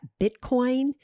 Bitcoin